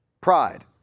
pride